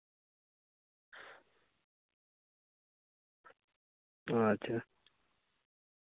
ᱟᱪᱪᱷᱟ